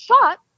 shot